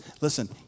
listen